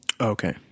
okay